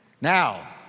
Now